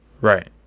right